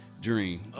Dream